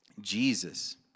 Jesus